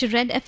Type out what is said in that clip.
Red